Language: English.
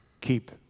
keep